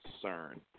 concern